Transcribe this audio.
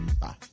bye